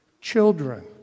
Children